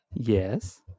Yes